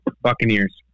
Buccaneers